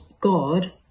God